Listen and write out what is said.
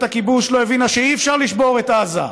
הכיבוש לא הבינה שאי-אפשר לשבור את עזה.